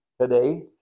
today